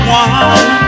one